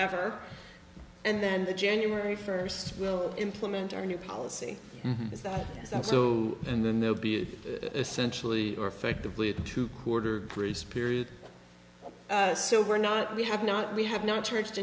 ever and then the january first will implement our new policy is that is that so and then they'll be essentially or effectively the two quarter grace period so we're not we have not we have not charged